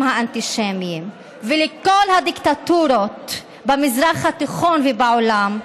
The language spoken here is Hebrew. האנטישמיים ולכל הדיקטטורות במזרח התיכון ובעולם,